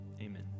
Amen